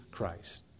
Christ